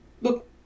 Look